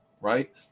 right